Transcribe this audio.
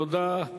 תודה,